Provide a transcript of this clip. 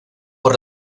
por